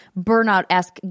burnout-esque